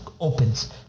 opens